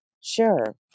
Sure